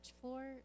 floor